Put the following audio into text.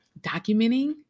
documenting